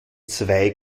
zwei